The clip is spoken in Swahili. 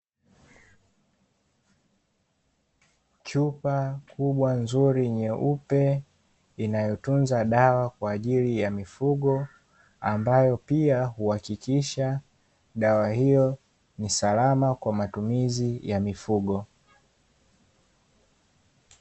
Chupa kubwa nzuri nyeupe inayotunza dawa kwa ajili ya mifugo ambayo pia huakikisha dawa hiyo ni salama kwa matumizi ya mifugo.